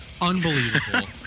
unbelievable